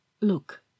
Look